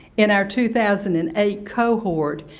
in our two thousand and eight cohort,